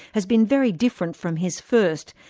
has been very different from his first,